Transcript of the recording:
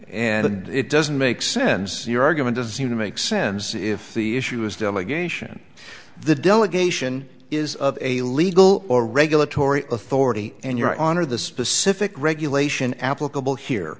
and it doesn't make sense the argument does seem to make sense if the issue is delegation the delegation is a legal or regulatory authority and your honor the specific regulation applicable here